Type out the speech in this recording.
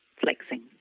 flexing